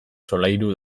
solairu